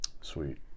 sweet